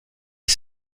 est